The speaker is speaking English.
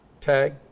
Tag